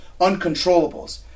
uncontrollables